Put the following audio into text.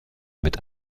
mit